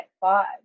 five